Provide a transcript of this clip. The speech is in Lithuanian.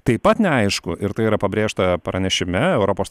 taip pat neaišku ir tai yra pabrėžta pranešime europos